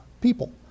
people